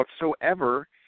whatsoever